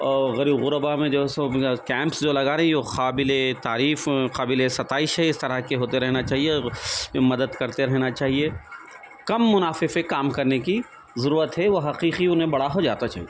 غریب غربا میں جو ہے سو کیمپس جو لگا رہی ہے وہ قابل تعریف قابل ستائش ہے اس طرح کے ہوتے رہنا چاہیے مدد کرتے رہنا چاہیے کم منافع پہ کام کرنے کی ضرورت ہے وہ حقیقی انہیں بڑا ہو جاتا چھے